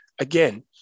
again